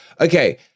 Okay